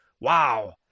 wow